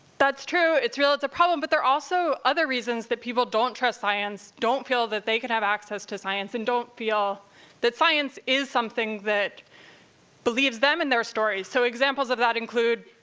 that's true, it's real, it's a problem, but there also other reasons that people don't trust science, don't feel that they could have access to science, and don't feel that science is something that believes them and their stories. so examples of that include,